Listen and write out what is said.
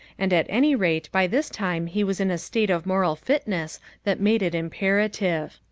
and at any rate by this time he was in a state of moral fitness that made it imperative.